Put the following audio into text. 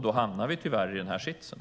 Då hamnar vi tyvärr i den här sitsen.